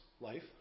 life